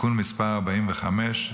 (תיקון מס' 45),